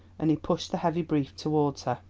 and he pushed the heavy brief towards her.